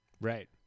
Right